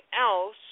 else